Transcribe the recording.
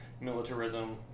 militarism